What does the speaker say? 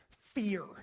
fear